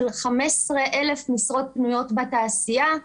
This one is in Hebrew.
יש 15,000 משרות פנויות בתעשייה.